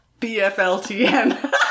BFLTN